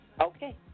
Okay